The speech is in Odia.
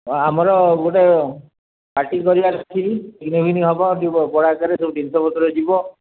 ଆମର ଗୋଟେ ପାର୍ଟି କରିବାରଅଛି ହେବ ବଡ଼ ଆକାରରେ ସବୁ ଜିନିଷ ପତ୍ର ଯିବ